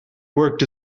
worked